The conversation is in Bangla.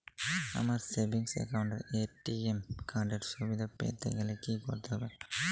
আমার সেভিংস একাউন্ট এ এ.টি.এম কার্ড এর সুবিধা পেতে গেলে কি করতে হবে?